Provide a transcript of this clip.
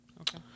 Okay